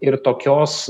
ir tokios